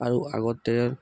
আৰু আগতে